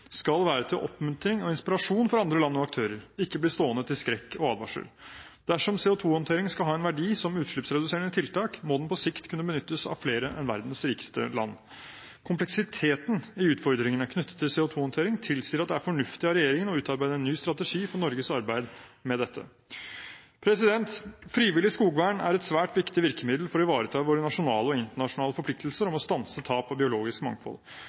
skal være til oppmuntring og inspirasjon for andre land og aktører – ikke bli stående til skrekk og advarsel. Dersom CO2-håndtering skal ha en verdi som utslippsreduserende tiltak, må den på sikt kunne benyttes av flere enn verdens rikeste land. Kompleksiteten i utfordringene knyttet til CO2-håndtering tilsier at det er fornuftig av regjeringen å utarbeide en ny strategi for Norges arbeid med dette. Frivillig skogvern er et svært viktig virkemiddel for å ivareta våre nasjonale og internasjonale forpliktelser om å stanse tap av biologisk mangfold.